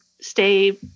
stay